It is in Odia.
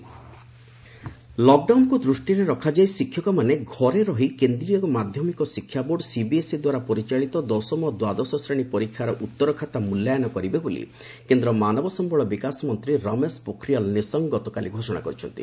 ସିବିଏସ୍ଇ ଲକ୍ଡାଉନ୍କୁ ଦୃଷ୍ଟିରେ ରଖାଯାଇ ଶିକ୍ଷକମାନେ ଘରେ ରହି କେନ୍ଦ୍ରୀୟ ମାଧ୍ୟମିକ ଶିକ୍ଷା ବୋର୍ଡ଼ ସିବିଏସ୍ଇଦ୍ୱାରା ପରିଚାଳିତ ଦଶମ ଓ ଦ୍ୱାଦଶ ଶ୍ରେଣୀ ପରୀକ୍ଷାର ଉତ୍ତର ଖାତା ମୂଲ୍ୟାୟନ କରିବେ ବୋଲି କେନ୍ଦ୍ର ମାନବ ସମ୍ଭଳ ବିକାଶ ମନ୍ତ୍ରୀ ରମେଶ ପୋଖରିଆଲ୍ ନିଶଙ୍କ ଗତକାଲି ଘୋଷଣା କରିଛନ୍ତି